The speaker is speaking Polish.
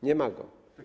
Nie ma go.